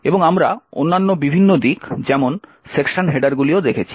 এবং আমরা অন্যান্য বিভিন্ন দিক যেমন সেকশন হেডারগুলিও দেখেছি